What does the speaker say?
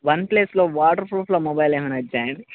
one ప్లస్లో వాటర్ ప్రూఫ్లో మొబైల్ ఏమైనా వచ్చాయాండి